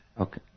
Okay